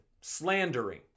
slandering